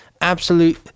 Absolute